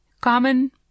common